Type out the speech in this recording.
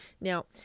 Now